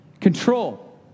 Control